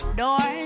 door